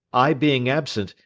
i being absent,